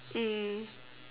mm